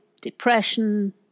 depression